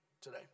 today